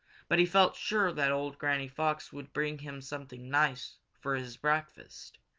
but he felt sure that old granny fox would bring him something nice for his breakfast,